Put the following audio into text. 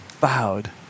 bowed